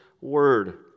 Word